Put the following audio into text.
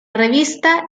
revista